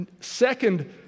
second